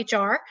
HR